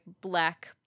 black